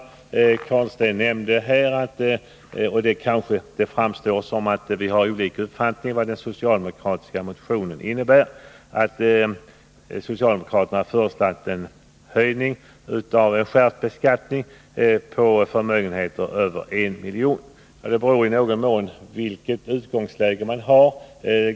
Rune Carlstein nämnde att socialdemokraterna föreslagit en skärpt beskattning på förmögenheter över 1 milj.kr. Det kanske framstår som om vi hade olika uppfattningar om vad den socialdemokratiska motionen innebär — det beror i någon mån på vilket utgångsläge man har.